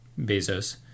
Bezos